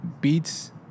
Beats